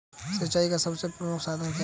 सिंचाई का सबसे प्रमुख साधन क्या है?